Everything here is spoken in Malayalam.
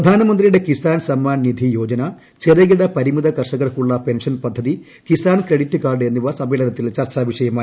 പ്രധാനമന്ത്രിയുടെ കിസാൻ സമ്മാൻ നിധിയോജന ചെറുകിട പരിമിത കർഷകർക്കുള്ള പെൻഷൻ പദ്ധതി കിസാൻ ക്രെഡിറ്റ് കാർഡ് എന്നിവ സമ്മേളനത്തിൽ ചർച്ചാ വിഷയമായി